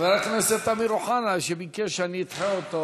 חבר הכנסת אמיר אוחנה שביקש שאני אדחה אותו,